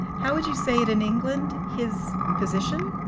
how would you say it in england his position?